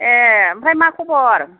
ए आमफ्राय मा खबर